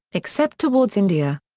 except towards india.